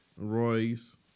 Royce